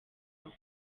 aho